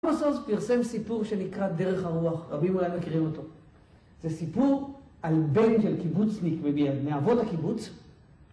פרסם סיפור שנקרא דרך הרוח, רבים אולי מכירים אותו, זה סיפור על בן של קיבוצניק מאבות הקיבוץ